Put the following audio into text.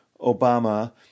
Obama